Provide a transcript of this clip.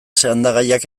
sendagaiak